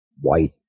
white